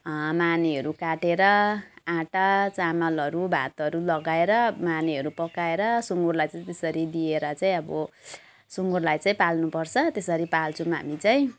मानेहरू काटेर आँटा चामलहरू भातहरू लगाएर मानेहरू पकाएर सुँगुरलाई चाहिँ त्यसरी दिएर चाहिँ अब सुँगुरलाई चाहिँ पाल्नुपर्छ त्यसरी पाल्छौँ हामी चाहिँ